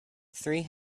three